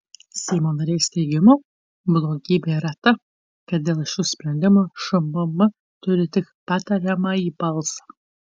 seimo narės teigimu blogybė yra ta kad dėl šių sprendimų šmm turi tik patariamąjį balsą